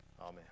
Amen